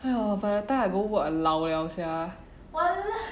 !aiyo! by the time I go work I 老了 sia